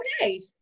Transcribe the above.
okay